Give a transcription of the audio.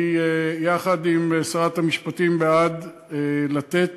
אני, יחד עם שרת המשפטים, בעד לתת